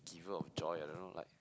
giver of joy I don't know like